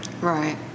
Right